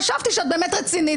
חשבתי שאת באמת רצינית.